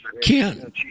Ken